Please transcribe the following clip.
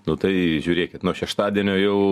nu tai žiūrėkit nuo šeštadienio jau